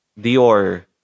Dior